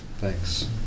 Thanks